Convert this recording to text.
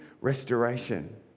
restoration